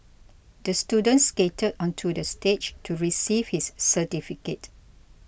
the student skated onto the stage to receive his certificate